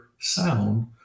sound